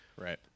right